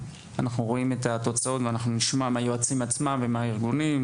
אנחנו רואים את התוצאות ואנחנו נשמע מהיועצים עצמם ומהארגונים,